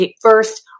first